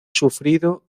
sufrido